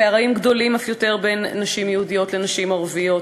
הפערים גדולים אף יותר בין נשים יהודיות לנשים ערביות: